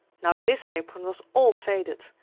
now, this apron was all faded,